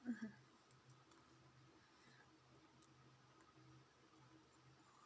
mmhmm